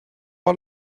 our